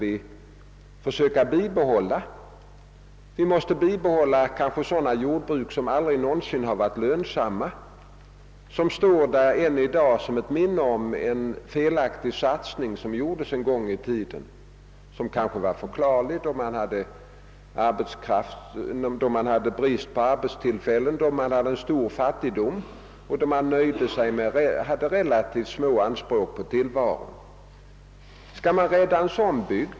I så fall måste vi kanske bibehålla sådana jordbruk, som aldrig någonsin har varit lönsamma utan i dag står som ett minne av en felaktig satsning, som gjordes en gång i tiden då man hade brist på arbetstillfällen, stor fattigdom och relativt små anspråk på tillvaron.